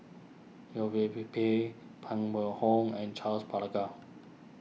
Yeo Wei Pay Pay Pang Wait Hong and Charles